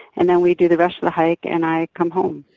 and then we do the rest of the hike and i come home.